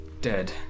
dead